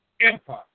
empire